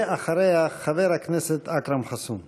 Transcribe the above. ואחריה, חבר הכנסת אכרם חסון.